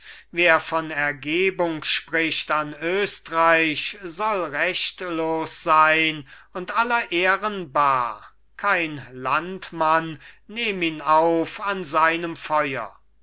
wer von ergebung spricht an östreich soll rechtlos sein und aller ehren bar kein landmann nehm ihn auf an seinem feuer